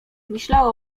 myślała